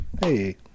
Hey